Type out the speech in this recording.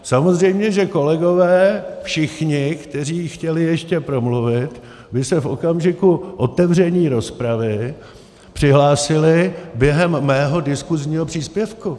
Samozřejmě že kolegové všichni, kteří chtěli ještě promluvit, by se v okamžiku otevření rozpravy přihlásili během mého diskusního příspěvku.